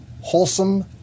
wholesome